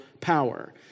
power